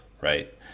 right